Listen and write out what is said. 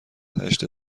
هشت